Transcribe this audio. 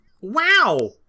Wow